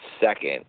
second